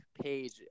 page